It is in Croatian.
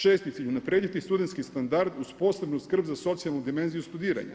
Šesti cilj, unaprijediti studentski standard uz posebnu skrb za socijalnu dimenziju studiranja.